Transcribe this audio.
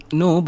no